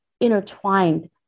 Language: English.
intertwined